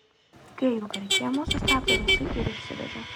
kai ėjau per kiemą sustabdė rusai ir išsivežė